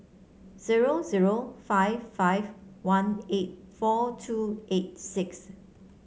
zero zero five five one eight four two eight six